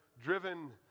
driven